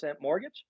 mortgage